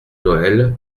noël